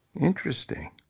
Interesting